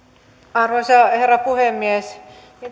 arvoisa herra puhemies